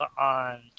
on